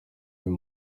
uyu